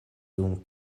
dum